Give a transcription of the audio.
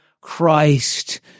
Christ